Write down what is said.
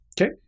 Okay